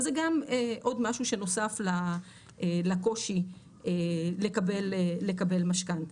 וזה גם עוד משהו שנוסף לקושי לקבל משכנתא.